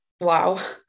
wow